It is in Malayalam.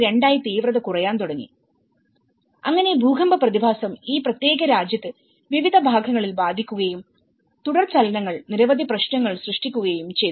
2 ആയി തീവ്രത കുറയാൻ തുടങ്ങി അങ്ങനെ ഭൂകമ്പ പ്രതിഭാസം ഈ പ്രത്യേക രാജ്യത്ത് വിവിധ ഭാഗങ്ങളിൽ ബാധിക്കുകയും തുടർചലനങ്ങൾ നിരവധി പ്രശ്നങ്ങൾ സൃഷ്ടിക്കുകയും ചെയ്തു